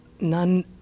none